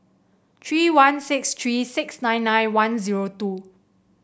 three one six three six nine nine one zero two